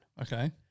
Okay